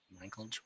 michael